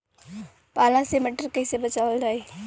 पाला से मटर कईसे बचावल जाई?